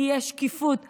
תהיה שקיפות מלאה.